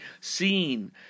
seen